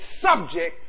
subject